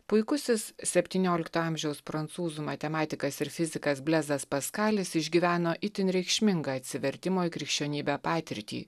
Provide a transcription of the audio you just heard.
puikusis septyniolikto amžiaus prancūzų matematikas ir fizikas blezas paskalis išgyveno itin reikšmingą atsivertimo į krikščionybę patirtį